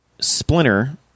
Splinter